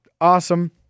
awesome